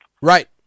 Right